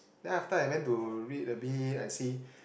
then after I went to read a bit I see